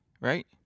right